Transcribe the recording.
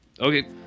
Okay